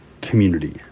community